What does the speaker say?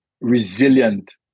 resilient